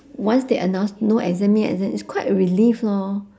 once they announce no exam need exam it's quite a relief lor